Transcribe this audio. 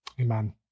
amen